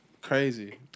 Crazy